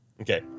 Okay